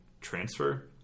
transfer